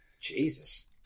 Jesus